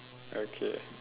okay